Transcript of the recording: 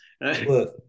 Look